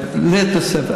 רק שלא אישר, גם קיצץ?